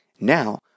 Now